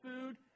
food